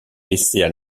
laissaient